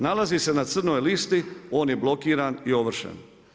Nalazi se na crnoj listi, on je blokiran i ovršen.